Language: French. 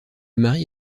mari